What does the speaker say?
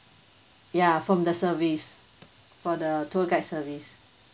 ya from the service for the tour guide service